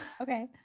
Okay